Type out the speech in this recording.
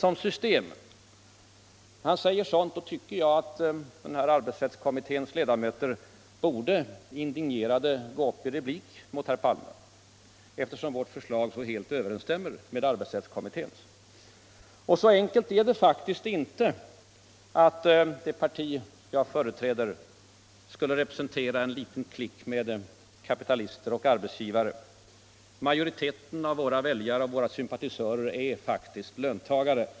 När herr Palme säger sådant tycker jag att arbetsrättskommitténs ledamöter indignerat borde gå upp i replik mot herr Palme, eftersom vårt förslag så helt överensstämmer med arbetsrättskommitténs. Så enkelt är det faktiskt inte heller att det parti jag företräder skulle representera en liten klick av kapitalister och arbetsgivare. Majoriteten av våra väljare och sympatisörer är faktiskt löntagare.